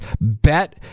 bet